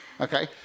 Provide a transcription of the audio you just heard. Okay